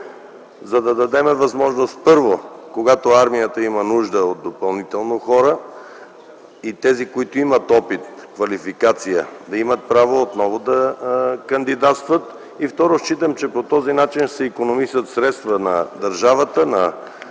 За да дадем възможност: първо, когато армията допълнително има нужда от хора, тези, които имат опит и квалификация, да имат право отново да кандидатстват и, второ, считам, че по този начин ще се икономисат средства на държавата,